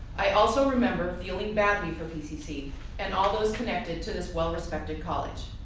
i also remember feeling badly for pcc and all those connected to this well respected college.